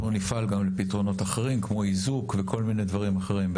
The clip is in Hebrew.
אנחנו נפעל גם לפתרונות אחרים כמו איזוק וכל מיני דברים אחרים,